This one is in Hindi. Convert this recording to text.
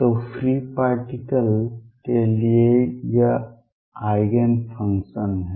तो फ्री पार्टिकल्स के लिए यह आइगेन फंक्शन्स है